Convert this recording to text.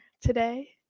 today